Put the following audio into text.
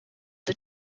the